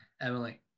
Emily